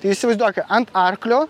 tai įsivaizduoki ant arklio